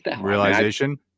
Realization